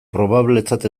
probabletzat